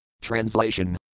Translation